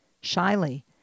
Shyly